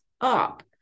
up